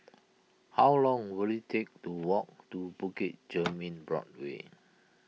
how long will it take to walk to Bukit Chermin Board way